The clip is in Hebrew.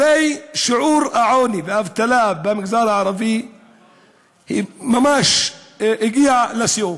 הרי שיעור העוני והאבטלה במגזר הערבי ממש הגיע לשיאו,